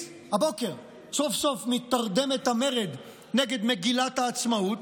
הבוקר סוף-סוף מתרדמת המרד נגד מגילת העצמאות,